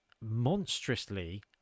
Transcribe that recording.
monstrously